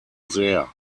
sehr